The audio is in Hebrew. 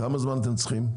כמה זמן אתם צריכים?